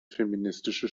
feministische